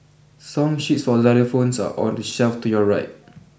song sheets for xylophones are on the shelf to your right